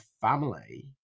family